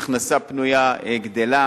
ההכנסה הפנויה גדלה